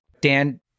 Dan